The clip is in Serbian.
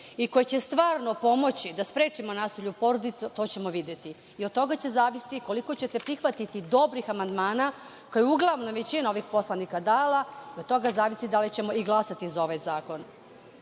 i koji će stvarno pomoći da sprečimo nasilje u porodici, to ćemo videti i od toga će zavisiti koliko ćete prihvatiti dobrih amandmana, koje je uglavnom većina ovih poslanika dala, da od toga zavisi da li ćemo i glasati za ovaj zakon. Rekoše